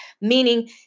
Meaning